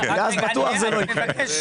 כי אז בטוח זה לא יקרה.